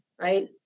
right